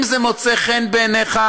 אם זה מוצא חן בעיניך,